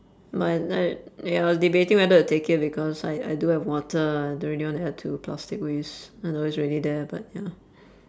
but I ya I was debating whether to take it because I I do have water I don't really wanna add to plastic waste I know it's already there but ya